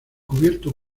cubierto